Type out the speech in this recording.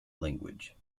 language